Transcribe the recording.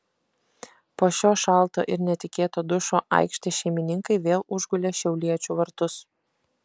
po šio šalto ir netikėto dušo aikštės šeimininkai vėl užgulė šiauliečių vartus